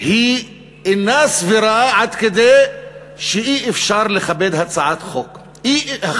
היא אינה סבירה עד כדי שאי-אפשר לכבד חוק כזה.